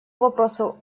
вопросу